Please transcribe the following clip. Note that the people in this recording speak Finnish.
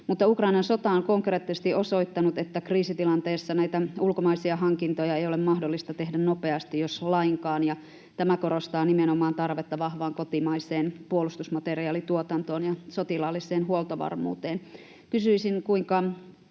Ukrainan sota on konkreettisesti osoittanut, että kriisitilanteissa ulkomaisia hankintoja ei ole mahdollista tehdä nopeasti, jos lainkaan, ja tämä korostaa nimenomaan tarvetta vahvaan kotimaiseen puolustusmateriaalituotantoon ja sotilaalliseen huoltovarmuuteen.